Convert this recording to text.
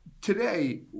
today